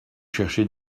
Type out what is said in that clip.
chercher